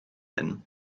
hyn